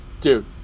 Dude